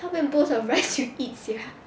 how many bowls of rice you eat sia